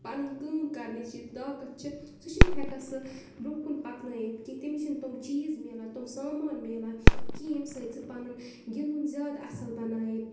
پَنٕنۍ کٲم کرنٕچ یہِ طاقت چھِ سُہ چھِ نہٕ ہیٚکان سُہ بروہہہ کُن پَکنٲوِتھ کیٚنٛہہ تٔمِس چھِ نہٕ تِم چیٖز مِلان تِم سَمان مِلان کہِ ییٚمہِ سۭتۍ سُہ پَنُن گندُن زیادٕ اَصٕل بَنایہِ